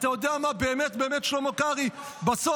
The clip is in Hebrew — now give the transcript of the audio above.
אתה יודע מה באמת באמת, שלמה